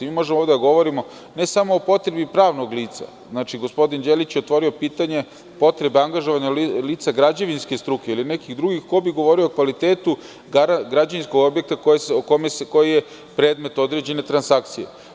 Mi možemo ovde da govorimo ne samo o potrebi pravnog lica, znači, gospodine Đelić je otvorio pitanje potrebe angažovanja lica građevinske struke ili neke drugih koji bi govorili o kvalitetu građevinskog objekta koji je predmet određene transakcije.